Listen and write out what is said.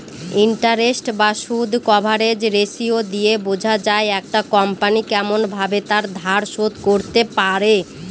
interest বা সুদ coverage ratio দিয়ে বোঝা যায় একটা কোম্পনি কেমন ভাবে তার ধার শোধ করতে পারে